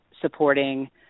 supporting